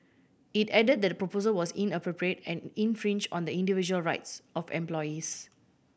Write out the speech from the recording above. it add that the proposal was inappropriate and infringe on the individual rights of employees